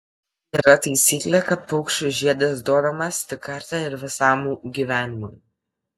yra taisyklė kad paukščiui žiedas duodamas tik kartą ir visam gyvenimui